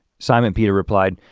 simon peter replied